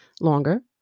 longer